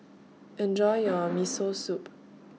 Enjoy your Miso Soup